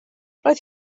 roedd